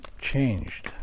changed